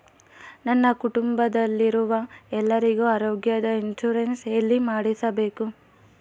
ನನ್ನ ಕುಟುಂಬದಲ್ಲಿರುವ ಎಲ್ಲರಿಗೂ ಆರೋಗ್ಯದ ಇನ್ಶೂರೆನ್ಸ್ ಎಲ್ಲಿ ಮಾಡಿಸಬೇಕು?